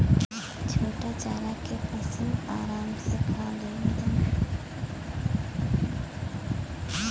छोटा चारा के पशु आराम से खा लेवलन